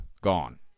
gone